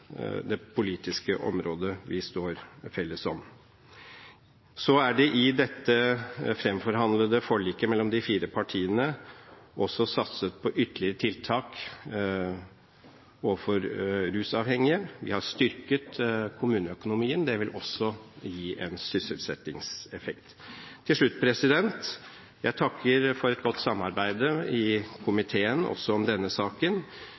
viktige politiske området som vi står felles om. Så er det i dette fremforhandlede forliket mellom de fire partiene også satset på ytterligere tiltak overfor rusavhengige. Vi har styrket kommuneøkonomien, og det vil også gi en sysselsettingseffekt. Til slutt: Jeg takker for et godt samarbeid i komiteen også om denne saken,